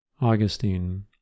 Augustine